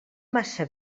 massa